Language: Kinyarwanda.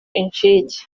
incike